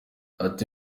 ati